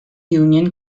union